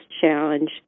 challenge